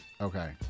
Okay